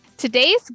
Today's